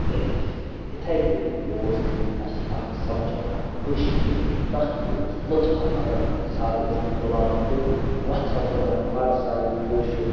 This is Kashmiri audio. کٔرِتھ یِتھَے کٔنۍ اوس اَسہِ اَکھ سَبجَکٹ اَکھ کٔشمیٖری تَتھ اوس لُطفَہ لَگان سَر اوس مےٚ تُلان تھوٚد وۄتھ سا گوٚبراہ پَر سا یہِ کٲشُر